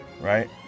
right